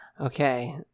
Okay